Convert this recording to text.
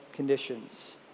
conditions